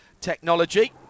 technology